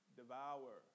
devour